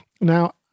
now